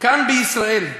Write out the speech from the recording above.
כאן, בישראל,